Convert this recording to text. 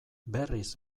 berriz